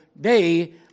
day